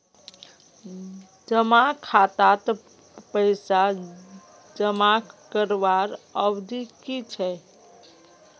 जमा खातात पैसा जमा करवार अवधि की छे?